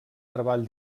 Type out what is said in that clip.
treball